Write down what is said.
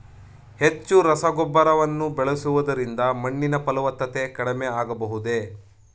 ಹೆಚ್ಚು ರಸಗೊಬ್ಬರವನ್ನು ಬಳಸುವುದರಿಂದ ಮಣ್ಣಿನ ಫಲವತ್ತತೆ ಕಡಿಮೆ ಆಗಬಹುದೇ?